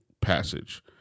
passage